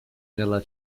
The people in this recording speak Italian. nelle